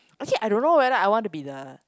actually I don't know whether I want to be the